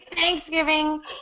Thanksgiving